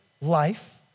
life